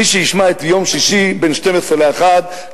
מי שישמע את זה, יום שישי, בין 12:00 ל-13:00.